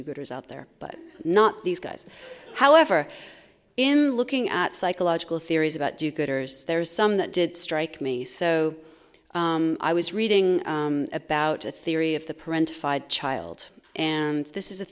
gooders out there but not these guys however in looking at psychological theories about do gooders there is some that did strike me so i was reading about a theory of the parental child and this is a